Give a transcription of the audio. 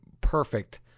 perfect